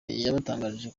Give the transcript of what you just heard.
yabatangarije